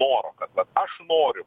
noro kad vat aš noriu